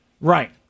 Right